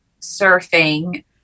surfing